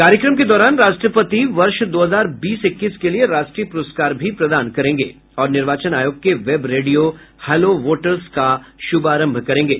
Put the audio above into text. कार्यक्रम के दौरान राष्ट्रपति वर्ष दो हजार बीस इक्कीस के लिए राष्ट्रीय प्रस्कार भी प्रदान करेंगे और निर्वाचन आयोग के वेब रेडियो हेलो वोटर्स का शुभारंभ करेंगे